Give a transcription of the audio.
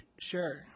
Sure